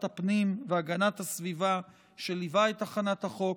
הפנים והגנת הסביבה שליווה את הכנת החוק,